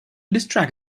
distract